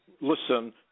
listen